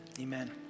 Amen